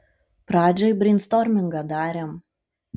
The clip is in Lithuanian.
pradžioj breinstormingą darėm